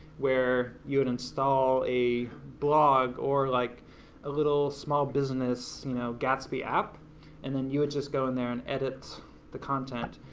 where you would install a blog or like a little small business you know gatsby app and then you would just go in there and edit the content,